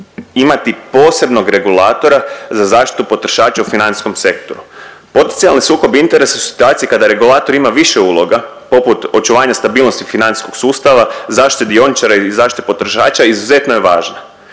imati posebnog regulatora za zaštitu potrošača u financijskom sektoru. Potencijalni sukob interesa su situacije kada regulator ima više uloga poput očuvanja stabilnosti financijskog sustava, zaštite dioničara i zaštite potrošača izuzetno je važna.